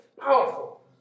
powerful